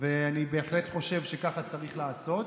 אני בהחלט חושב שככה צריך לעשות,